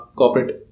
corporate